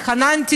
התחננתי,